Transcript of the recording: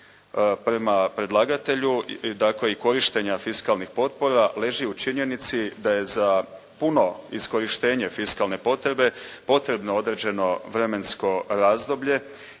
prema predlagatelju, dakle i korištenja fiskalnih potpora leži u činjenici da je za puno iskorištenje fiskalne potrebe potrebno određeno vremensko razdoblje,